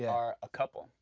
are a couple.